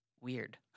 weird